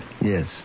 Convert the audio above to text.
Yes